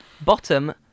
Bottom